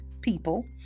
people